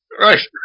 Right